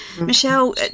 michelle